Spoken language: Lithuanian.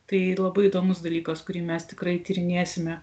tai labai įdomus dalykas kurį mes tikrai tyrinėsime